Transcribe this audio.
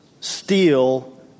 steal